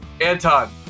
Anton